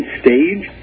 stage